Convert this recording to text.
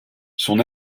son